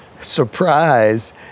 Surprise